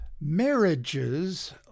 Marriages